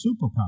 superpower